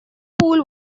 pool